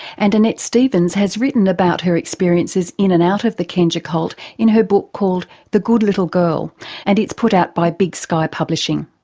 and annette stephens has written about her experiences in and out of the kenja cult in her book called the good little girl and it's put out by big sky publishing.